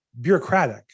bureaucratic